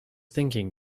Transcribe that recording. thinking